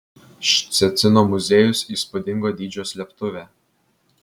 ščecino muziejus įspūdingo dydžio slėptuvė